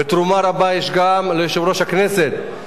ותרומה רבה יש גם ליושב-ראש הכנסת.